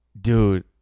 Dude